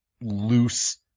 loose